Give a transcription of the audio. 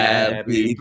Happy